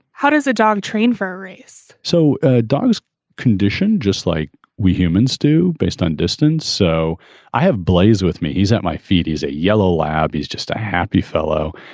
how does a dog train for a race so dogs condition just like we humans do based on distance. so i have bleys with me. he's at my feet. he's a yellow lab. he's just a happy fellow.